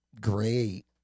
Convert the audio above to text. Great